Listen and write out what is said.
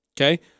Okay